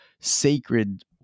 sacred